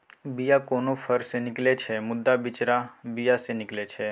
बीया कोनो फर सँ निकलै छै मुदा बिचरा बीया सँ निकलै छै